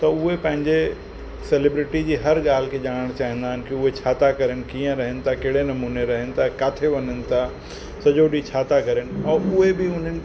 त उहे पंहिंजे सेलेब्रिटी जी हर ॻाल्हि के ॼाणण चाहींदा आहिनि की उहे छा था करणु कीअं रहनि था कहिड़े नमूने रहनि था काथे वञनि था सॼो ॾींहुं छा था करनि और उहे बि उन्हनि